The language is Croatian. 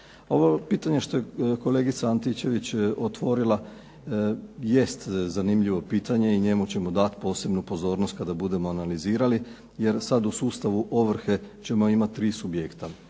Ovo pitanje što je kolegica Antičević otvorila jest zanimljivo pitanje i njemu ćemo dati posebnu pozornost kada budemo analizirali jer sad u sustavu ovrhe ćemo imati tri subjekta.